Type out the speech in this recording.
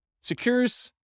secures